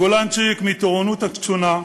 גולנצ'יק מטירונות עד הקצונה,